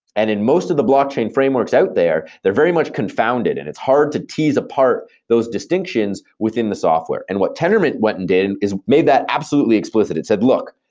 and in most of the blockchain frameworks out there, they're very much confounded and it's hard to tease apart those distinctions within the software. and what tendermint went and did is made that absolutely explicit. it said, look.